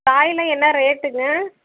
காய்லாம் என்ன ரேட்டுங்க